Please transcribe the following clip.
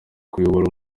kuyobora